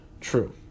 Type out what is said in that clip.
true